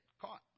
caught